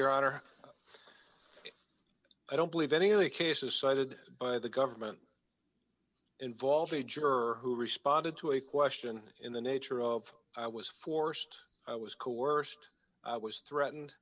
your honor i don't believe any of the cases cited by the government involved a jerk who responded to a question in the nature of i was forced i was coerced i was threatened